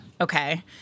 Okay